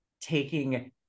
taking